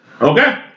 Okay